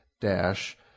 dash